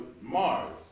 Mars